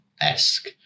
esque